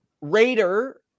Raider